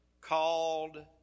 called